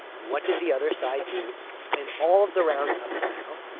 what did the other side do in all of the rounds up to now?